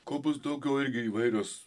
kuo bus daugiau irgi įvairios